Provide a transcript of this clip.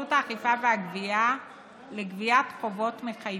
האכיפה והגבייה לגביית חובות מחייבים.